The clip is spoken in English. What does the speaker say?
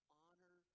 honor